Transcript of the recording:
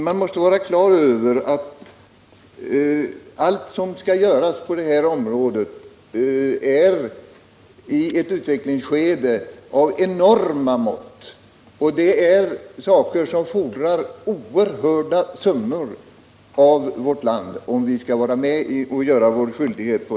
Man måste vara klar över att allt som skall göras på detta område är i ett utvecklingsskede av enorma mått, och det är fråga om oerhörda summor pengar som skall satsas av vårt land om vi skall vara med och fullgöra vår skyldighet.